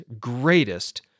greatest